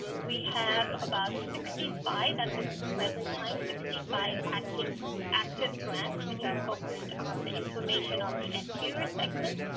we have about sixty five at this present time sixty five active active grants which are focused on the inflammation on the anterior segments.